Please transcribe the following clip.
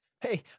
Hey